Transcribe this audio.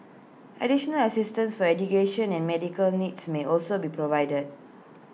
additional assistance for education and medical needs may also be provided